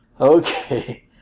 Okay